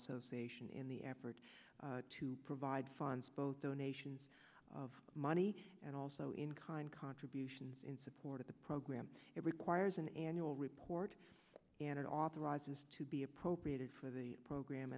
association in the effort to provide funds both donations of money and also in kind contributions in support of the program it requires an annual report and it authorizes to be appropriated for the program